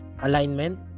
Alignment